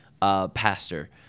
pastor